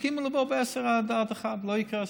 יסכימו לבוא ב-10:00 עד 13:00. לא יקרה אסון.